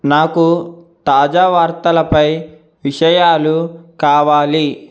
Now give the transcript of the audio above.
నాకు తాజా వార్తలపై విషయాలు కావాలి